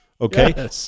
Okay